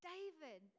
David